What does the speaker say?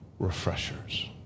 refreshers